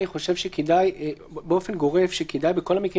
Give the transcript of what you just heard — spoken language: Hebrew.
אני חושב שבאופן גורף כדאי בכל המקרים